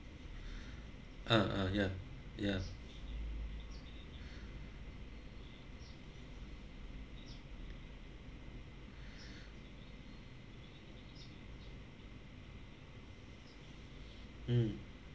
uh uh ya ya mm